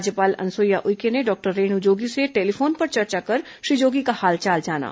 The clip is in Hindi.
राज्यपाल अनुसुईया उइके ने डॉक्टर रेणु जोगी से टेलीफोन पर चर्चा कर श्री जोगी का हालचाल जाना